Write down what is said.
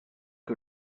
que